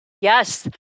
Yes